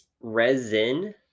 resin